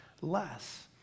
less